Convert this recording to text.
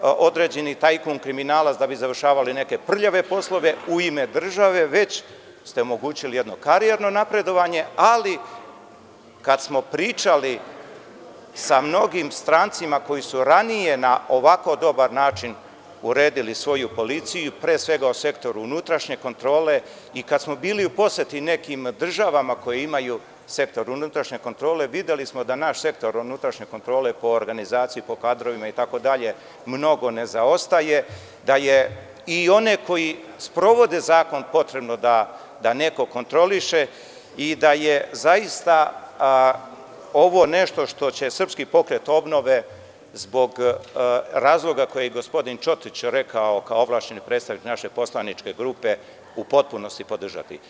određeni tajkun, kriminalac da bi završavali neke prljave poslove, u ime države već ste omogućili jedno karijerno napredovanje, ali kad smo pričali sa mnogim strancima koji su ranije na ovako dobar način uredili svoju policiju i pre svega sektor unutrašnje kontrole i kad smo bili u poseti nekim državama koje imaju sektor unutrašnje kontrole videli smo da naš sektor unutrašnje kontrole po organizaciji, po kadrovima, itd, mnogo ne zaostaje, da je i one koji sprovode zakon potrebno da neko kontroliše i da je zaista ovo nešto što će SPO zbog razloga koji je gospodin Čotrić rekao kao ovlašćeni predstavnik naše poslaničke grupe u potpunosti podržati.